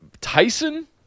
Tyson